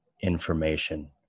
information